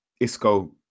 isco